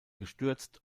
gestürzt